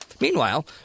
Meanwhile